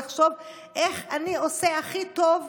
לחשוב: איך אני עושה הכי טוב,